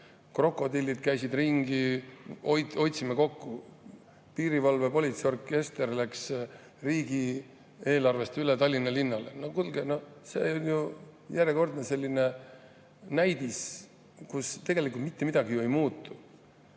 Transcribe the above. krokodillid käisid ringi, hoidsime kokku, piirivalve- ja politseiorkester läks riigieelarvest üle Tallinna linnale. No kuulge! See on ju järjekordne selline näidis, kus tegelikult mitte midagi ei muutu.